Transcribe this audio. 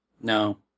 No